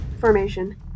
formation